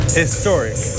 historic